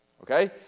Okay